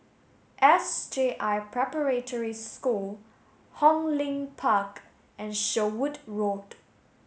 S J I Preparatory School Hong Lim Park and Sherwood Road